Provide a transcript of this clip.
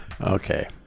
Okay